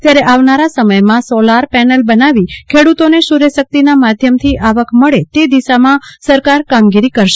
ત્યારે આવનારા સમયમાં સોલાર પેનલ બનાવી ખેડ્રતોને સૂર્યશક્તિના માધ્યમથી આવક મળે તે દિશામાં સરકાર કામગીરી કરશે